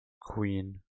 Queen